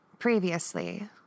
Previously